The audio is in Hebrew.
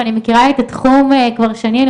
ואני מכירה את התחום כבר שנים,